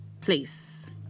place